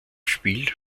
spiel